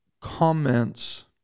comments